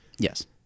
Yes